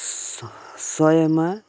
स सयमा